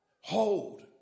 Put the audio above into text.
Hold